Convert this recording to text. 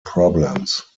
problems